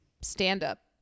stand-up